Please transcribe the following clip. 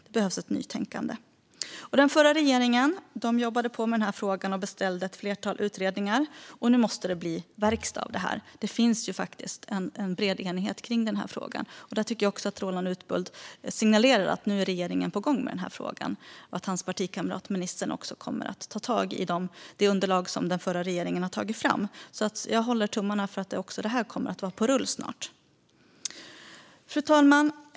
Den förra regeringen jobbade på med den här frågan och beställde ett flertal utredningar. Nu måste det bli verkstad! Det finns ju faktiskt en bred enighet. Jag tyckte att Roland Utbult signalerade att regeringen är på gång med den här frågan och att hans partikamrat ministern också kommer att ta tag i de underlag som den förra regeringen tagit fram. Jag håller tummarna för att även detta är på rull snart. Fru talman!